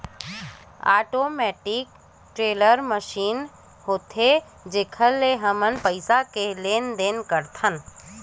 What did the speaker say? ATM का होथे?